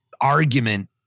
argument